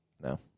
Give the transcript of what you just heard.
No